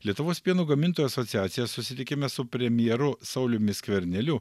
lietuvos pieno gamintojų asociacija susitikime su premjeru sauliumi skverneliu